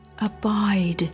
Abide